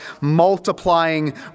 multiplying